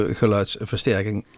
geluidsversterking